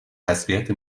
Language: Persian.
تسلیت